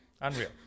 Unreal